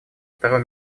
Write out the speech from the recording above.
второй